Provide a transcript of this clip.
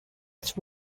its